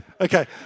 Okay